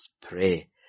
pray